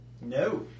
No